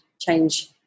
change